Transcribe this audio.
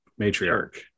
matriarch